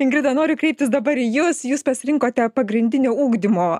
ingrida noriu kreiptis dabar į jus jūs pasirinkote pagrindinio ugdymo